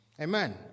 Amen